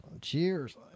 Cheers